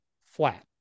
flat